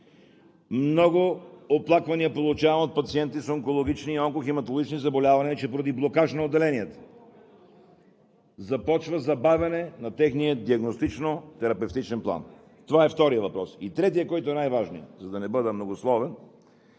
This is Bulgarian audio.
Много оплаквания получавам от пациенти с онкологични и онкохематологични заболявания, че поради блокаж на отделенията започва забавяне на техния диагностично-терапевтичен план – това е вторият въпрос. Третият най-важен изключителен проблем, за да не бъда многословен,